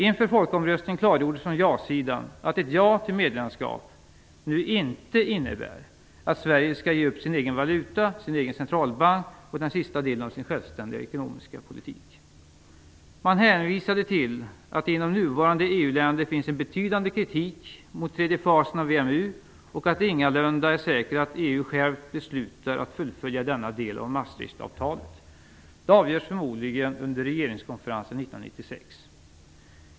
Inför folkomröstningen klargjordes från ja-sidan att ett ja till medlemskap inte innebär att Sverige skall ge upp sin egen valuta, sin egen centralbank och sin självständiga ekonomiska politik. Man hänvisade till att det inom nuvarande EU-länder finns en betydande kritik mot tredje fasen av EMU och att det ingalunda är säkert att EU själv beslutar att fullfölja denna del av Maastrichtavtalet. Det avgörs förmodligen under regeringskonferensen 1996.